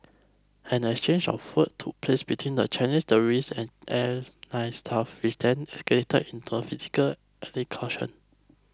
an exchange of took place between the Chinese tourists and airline staff which then escalated into a physical altercation